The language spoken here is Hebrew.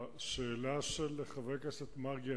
השאלה של חבר הכנסת מרגי,